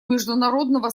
международного